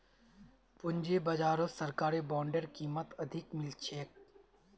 पूंजी बाजारत सरकारी बॉन्डेर कीमत अधिक मिल छेक